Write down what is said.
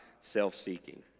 self-seeking